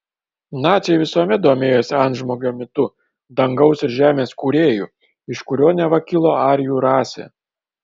naciai visuomet domėjosi antžmogio mitu dangaus ir žemės kūrėju iš kurio neva kilo arijų rasė